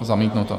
Zamítnuto.